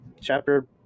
chapter